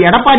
Edappadi